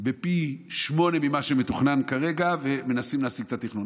בפי שמונה ממה שמתוכנן כרגע ומנסים להשיג את התכנון.